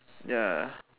ya